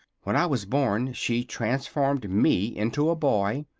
when i was born she transformed me into a boy,